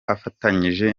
afatanyije